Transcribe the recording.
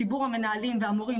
ציבור המנהלים והמורים,